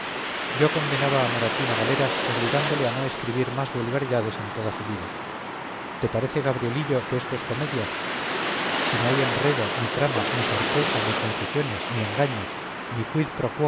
yo condenaba a moratín a galeras obligándole a no escribir más vulgaridades en toda su vida te parece gabrielito que esto es comedia si no hay enredo ni trama ni sorpresa ni confusiones ni engaños ni quid pro